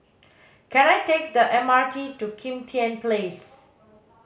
can I take the M R T to Kim Tian Place